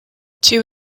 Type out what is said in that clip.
two